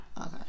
Okay